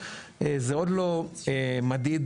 זה עוד לא מדיד,